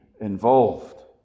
involved